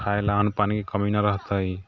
खाइ ला अन्न पानिके कमी नहि रहतै